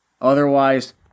Otherwise